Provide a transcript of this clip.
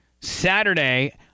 Saturday